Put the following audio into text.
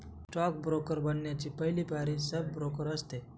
stock broker बनण्याची पहली पायरी सब ब्रोकर असते